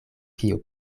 kio